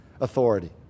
authority